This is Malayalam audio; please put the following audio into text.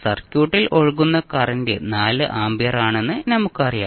സർക്യൂട്ടിൽ ഒഴുകുന്ന കറന്റ് 4 ആമ്പിയർ ആണെന്ന് നമുക്കറിയാം